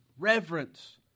reverence